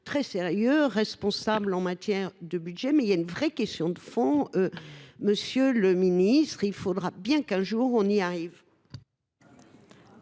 sérieuses et responsables en matière de budget, mais il y a là une véritable question de fond. Monsieur le ministre, il faudra bien qu’un jour on parvienne